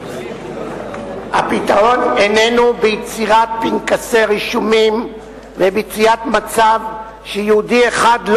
הפתרון איננו ביצירת פנקסי רישומים וביצירת מצב שיהודי אחד לא